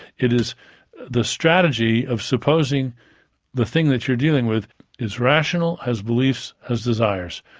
it is the strategy of supposing the thing that you're dealing with is rational, has beliefs, has desires.